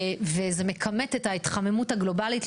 וזה מקמט את ההתחממות הגלובלית,